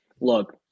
look